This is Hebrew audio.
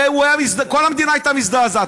הרי כל המדינה הייתה מזדעזעת.